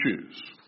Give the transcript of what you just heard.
choose